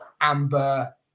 amber